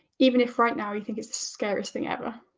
even if right now you think it's the scariest thing ever.